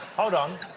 hold on.